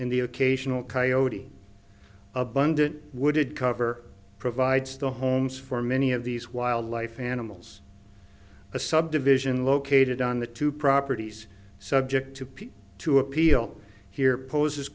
and the occasional coyote abundant wooded cover provides the homes for many of these wildlife animals a subdivision located on the two properties subject to people to appeal here poses